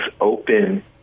open